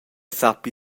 sappi